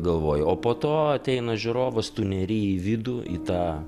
galvoju o po to ateina žiūrovas tu neri į vidų į tą